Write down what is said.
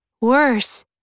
worse